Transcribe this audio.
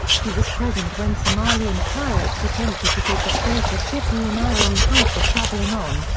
he was present when somalian pirates attempted to take the freighter ship he and ironhide were traveling on,